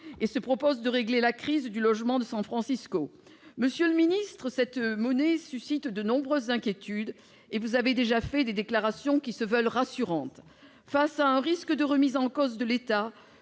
et se propose de régler la crise du logement à San Francisco. Monsieur le ministre, cette nouvelle monnaie suscite de nombreuses inquiétudes, et vous avez déjà fait à son propos des déclarations qui se veulent rassurantes. Devant un risque de remise en cause de l'État,